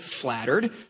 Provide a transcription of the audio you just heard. flattered